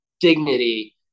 dignity